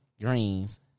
greens